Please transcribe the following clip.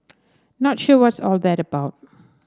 not sure what's all that about